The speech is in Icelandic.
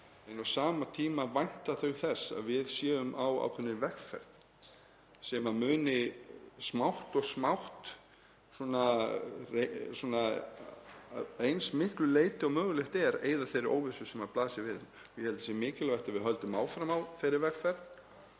Á sama tíma vænta þau þess að við séum á ákveðinni vegferð sem muni smátt og smátt, að eins miklu leyti og mögulegt er, eyða þeirri óvissu sem blasir við. Ég held að það sé mikilvægt að við höldum áfram á þeirri vegferð.